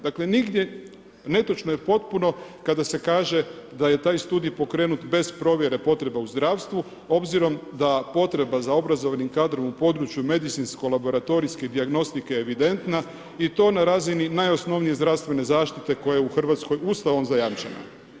Dakle nigdje, netočno je potpuno kada se kaže da je taj studij pokrenut bez provjere potreba u zdravstvu obzirom da potreba za obrazovnim kadrom u području medicinsko laboratorijske dijagnostike evidentna i to na razini najosnovnije zdravstvene zaštite koja je u Hrvatskoj Ustavom zajamčena.